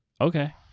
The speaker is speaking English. Okay